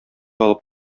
алып